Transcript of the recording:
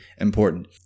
important